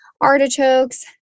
artichokes